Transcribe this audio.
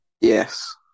Yes